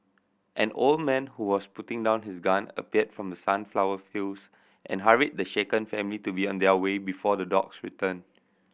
an old man who was putting down his gun appeared from the sunflower fields and hurried the shaken family to be on their way before the dogs return